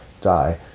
die